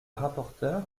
rapporteure